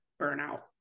burnout